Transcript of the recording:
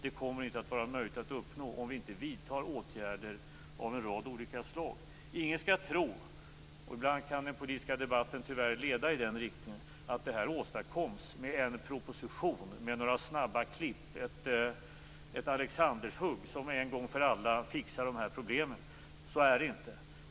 Det kommer inte att vara möjligt att uppnå det om vi inte vidtar åtgärder av en rad olika slag. Ingen skall tro - och ibland kan den politiska debatten tyvärr leda i den riktningen - att detta åstadkoms med en proposition med några snabba klipp, ett alexanderhugg som en gång för alla fixar de här problemen. Så är det inte.